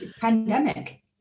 pandemic